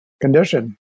condition